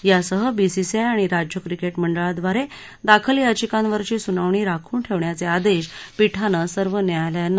यासह बीसीसाय आणि राज्य क्रिके मंडळांद्वारे दाखल याचिकांवरची सुनावणी राखून ठेवण्याचे आदेश पीठानं सर्व न्यायालयांना दिले आहेत